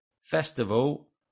festival